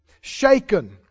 shaken